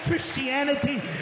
Christianity